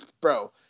bro